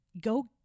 go